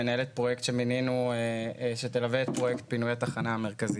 מנהלת פרויקט שתלווה את פרויקט פינוי התחנה המרכזית.